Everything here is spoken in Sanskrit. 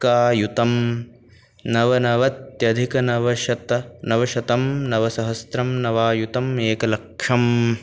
कायुतं नवनवत्यधिकनवशत नवशतम् नवसहस्रम् नवायुतं एकलक्षं